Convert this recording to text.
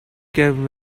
can